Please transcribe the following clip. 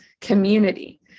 community